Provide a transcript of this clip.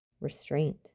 Restraint